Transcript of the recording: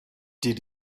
did